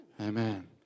Amen